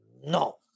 no